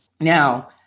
now